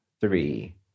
three